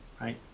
right